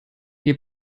wir